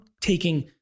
taking